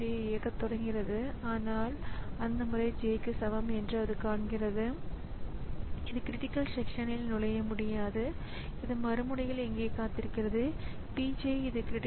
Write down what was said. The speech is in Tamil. மற்ற வகை நிலைமை என்னவென்றால் ஒரு மென்பொருள் சில குறுக்கீடுகளை உருவாக்கக்கூடும் இது ஒரு ஸிஸ்டம் கால் எனப்படும் ஒரு சிறப்பு செயல்முறையை செயல்படுத்துவதன் மூலம் தூண்டக்கூடிய ஒரு ப்ரோக்ராம் ஆகும்